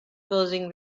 causing